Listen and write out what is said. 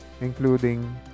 including